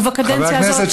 ובקדנציה הזאת,